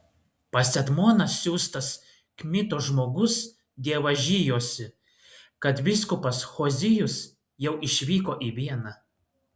pas etmoną siųstas kmitos žmogus dievažijosi kad vyskupas hozijus jau išvyko į vieną